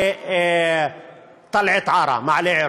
לטלעת-עארה, מעלה-עירון.